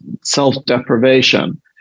self-deprivation